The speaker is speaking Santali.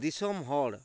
ᱫᱤᱥᱚᱢ ᱦᱚᱲ